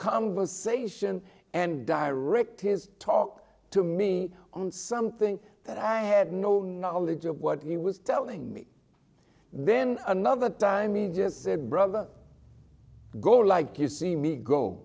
conversation and directives talk to me on something that i had no knowledge of what he was telling me then another time me just said brother go like you see me go